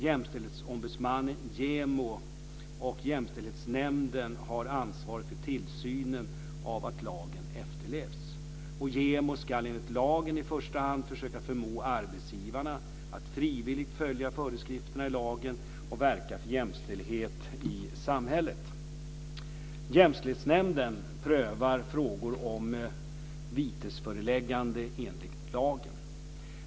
Jämställdhetsombudsmannen, JämO, och Jämställdhetsnämnden har ansvar för tillsynen av att lagen efterlevs. JämO ska enligt lagen i första hand försöka förmå arbetsgivarna att frivilligt följa föreskrifterna i lagen och verka för jämställdhet i samhället. Jämställdhetsnämnden prövar frågor om vitesföreläggande enligt lagen.